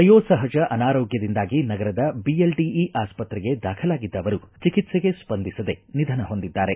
ವಯೋಸಹಜ ಅನಾರೋಗ್ಯದಿಂದಾಗಿ ನಗರದ ಬಿಎಲ್ಡಿಇ ಆಸ್ತತ್ರೆಗೆ ದಾಖಲಾಗಿದ್ದ ಅವರು ಚಿಕಿತ್ಸೆಗೆ ಸ್ವಂದಿಸದೇ ನಿಧನ ಹೊಂದಿದ್ದಾರೆ